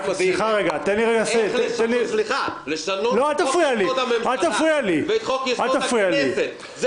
צריך לשנות את חוק-יסוד: הממשלה ואת חוק-יסוד: הכנסת.